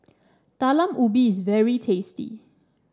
Talam Ubi is very tasty